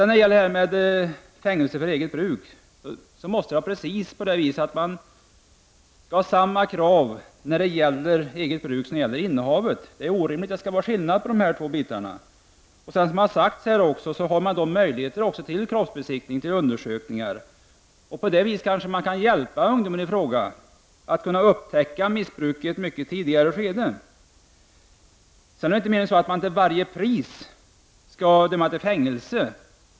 När det gäller detta med fängelse för eget bruk anser vi att konsumtion och innehav skall bedömas lika. Det är orimligt att det skall vara skillnad här. Dessutom, och det har också sagts här, finns möjligheten att göra kroppsbesiktningar och undersökningar. På det viset kan man kanske hjälpa en ung människa. Det gäller ju att upptäcka missbruket i ett mycket tidigt skede. Men sedan behöver man inte till varje pris döma till fängelse.